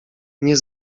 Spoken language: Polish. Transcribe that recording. nie